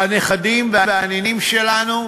הנכדים והנינים שלנו,